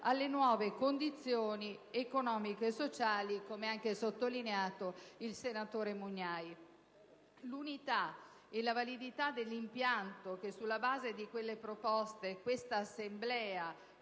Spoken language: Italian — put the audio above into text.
alle nuove condizioni economico- sociali, come ha sottolineato anche il relatore Mugnai. L'unità e la validità dell'impianto che - sulla base di quelle proposte - oggi questa Assemblea